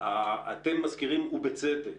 אתם מזכירים ובצדק,